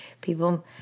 People